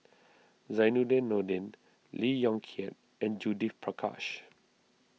Zainudin Nordin Lee Yong Kiat and Judith Prakash